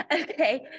okay